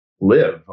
live